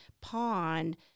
pond